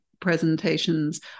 presentations